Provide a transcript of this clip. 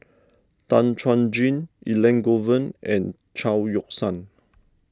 Tan Chuan Jin Elangovan and Chao Yoke San